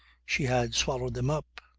she had swallowed them up.